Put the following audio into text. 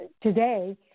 today